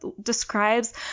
describes